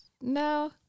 No